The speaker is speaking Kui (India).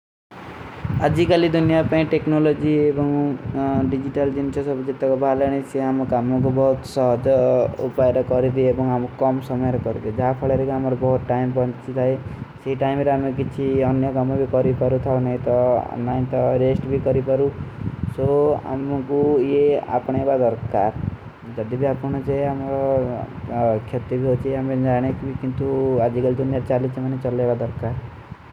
ଅଜିକାଲୀ ଦୁନ୍ଯା ପେ ଟେକ୍ନୋଲୋଜୀ ଏବଂଗୁ ଡିଜିଜିତାଲ ଜିନ୍ଛୋ ସବ ଜିତକ ବାଲେନେ ସେ ଆମକାମ୍ମୋଂ କୋ ବହୁତ ସହତ ଉପାଯର କରେ ଦେ। ଏବଂଗ ଆମକାମ୍ମୋଂ କମ ସମଯର କରେ ଜାଫଡେର କେ ଆମରେ ବହୁତ ଟାଇମ ପଣ୍ଛୀ ଥାଈ ସୀ ଟାଇମେର ଆମେଂ କିଛୀ ଅନ୍ଯ ଗାମୋଂ ଭୀ କରୀ ପରୂ ଥା। ନେ ତୋ ଅନ୍ଯ ନାଈଂ ତୋ ରେସ୍ଟ ଭୀ କରୀ ପରୂ ସୋ ଆମକୁ ଯେ ଆପନେ ଵା ଦର୍କାର ଜଡିବେ ଆପନେ ଜେ ଅମେଂ ଖେରତେ ଭୀ ହୋଚେ ଅମେଂ ଜାନେ କେ ଲିଏ କିନ୍ଟୁ ଆଜିକାଲ ଦୁନ୍ଯା ଚାଳିଶ ମନେଂ ଚଲେ ଵା ଦର୍କାର।